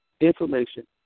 information